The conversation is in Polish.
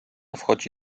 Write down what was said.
wchodzi